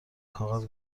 کاغذ